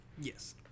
yes